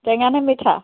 টেঙা নে মিঠা